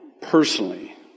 personally